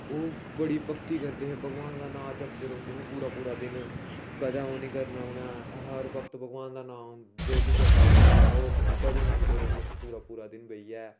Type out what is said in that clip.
ओह् बड भगती करदे है भगबान दा नां जपदे रौंहदे है पूरा पूरा दिन कंदे ओह् नेई करना उंहे हर बक्त भगबान दा नां जप्पा दा होना भजन सुंनदे रौंहदे है पूरा पूरा दिन बेहियै